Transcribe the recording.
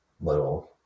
little